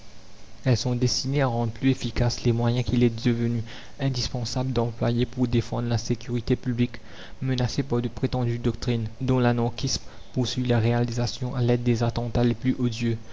elles sont destinées à rendre plus efficaces les moyens qu'il est devenu indispensable d'employer pour défendre la sécurité publique menacée par de prétendues doctrines dont l'anarchisme poursuit la réalisation à l'aide des attentats les plus odieux